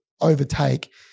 overtake